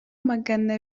magana